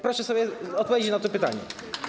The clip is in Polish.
Proszę sobie odpowiedzieć na to pytanie.